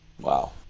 Wow